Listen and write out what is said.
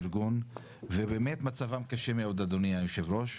מהארגון ובאמת מצבם קשה מאוד אדוני היו"ר,